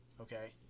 okay